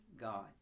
God